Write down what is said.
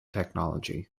technology